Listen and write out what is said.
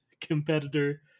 competitor